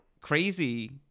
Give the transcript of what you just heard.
crazy